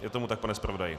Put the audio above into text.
Je tomu tak, pane zpravodaji?